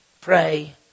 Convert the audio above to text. pray